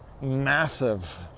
massive